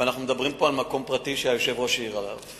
ואנחנו מדברים פה על מקום פרטי שהיושב-ראש העיר עליו.